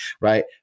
Right